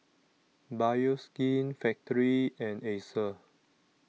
Bioskin Factorie and Acer